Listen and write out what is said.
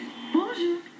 Bonjour